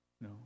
No